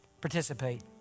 Participate